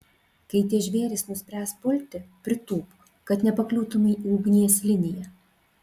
kai tie žvėrys nuspręs pulti pritūpk kad nepakliūtumei į ugnies liniją